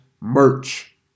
merch